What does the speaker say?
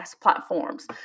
platforms